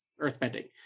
earthbending